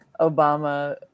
Obama